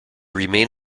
remain